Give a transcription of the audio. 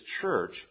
church